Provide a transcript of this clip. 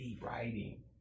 writing